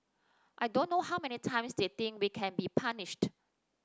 I don't know how many times they think we can be punished